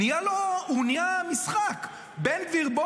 הוא נהיה משחק: בן גביר,